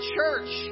Church